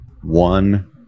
one